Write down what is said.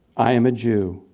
i am a jew.